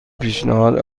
پیشنهاد